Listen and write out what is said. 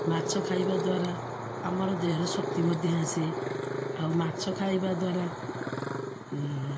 ମାଛ ଖାଇବା ଦ୍ୱାରା ଆମର ଦେହରୁ ଶକ୍ତି ମଧ୍ୟ ଆସେ ଆଉ ମାଛ ଖାଇବା ଦ୍ୱାରା